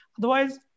otherwise